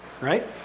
right